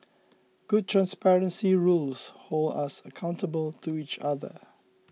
good transparency rules hold us accountable to each other